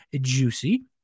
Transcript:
juicy